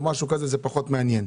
זה פחות מעניין.